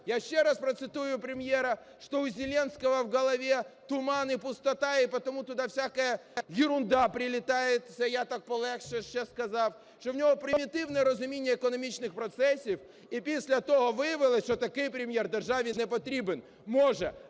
Я ще раз процитую Прем'єра, что у Зеленского в голове туман и пустота, и потому туда всякая ерунда прилетает, це я так полегше ще сказав, що в нього примітивне розуміння економічних процесів. І після того виявилось, що такий прем'єр державі не потрібен. Може.